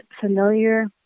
familiar